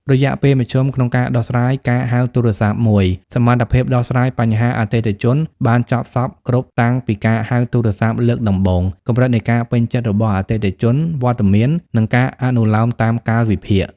រយៈពេលមធ្យមក្នុងការដោះស្រាយការហៅទូរស័ព្ទមួយ សមត្ថភាពដោះស្រាយបញ្ហាអតិថិជនបានចប់សព្វគ្រប់តាំងពីការហៅទូរស័ព្ទលើកដំបូង កម្រិតនៃការពេញចិត្តរបស់អតិថិជន វត្តមាន និងការអនុលោមតាមកាលវិភាគ។